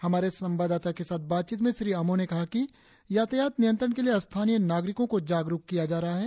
हमारें संवाददाता के साथ बातचीत में श्री आमो ने कहा कि यातायात नियंत्रण के लिए स्थानीय नागरिकों को जागरुक किया जा रहा है